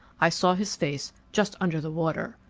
i saw his face just under the water.